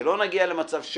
שלא נגיע למצב,